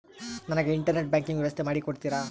ನನಗೆ internet banking ವ್ಯವಸ್ಥೆ ಮಾಡಿ ಕೊಡ್ತೇರಾ?